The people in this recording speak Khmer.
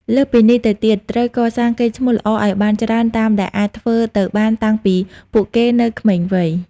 លើសពីនេះទៅទៀត ត្រូវកសាងកេរ្ដិ៍ឈ្មោះល្អឱ្យបានច្រើនតាមដែលអាចធ្វើទៅបានតាំងពីពួកគេនៅក្មេងវ័យ។